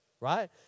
right